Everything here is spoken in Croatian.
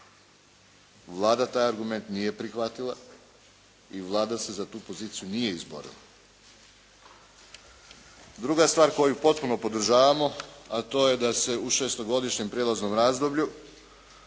Vlada taj argument nije prihvatila i Vlada se za tu poziciju nije izborila. Druga stvar koju potpuno podržavamo, a to je da se u šestogodišnjem prijelaznom razdoblju